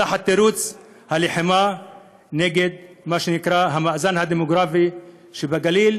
תחת תירוץ הלחימה נגד מה שנקרא "המאזן הדמוגרפי שבגליל",